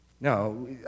No